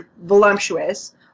voluptuous